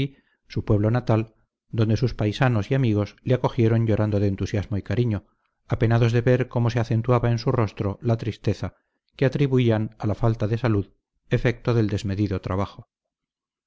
su pueblo natal donde sus paisanos y amigos le acogieron llorando de entusiasmo y cariño apenados de ver cómo se acentuaba en su rostro la tristeza que atribuían a la falta de salud efecto del desmedido trabajo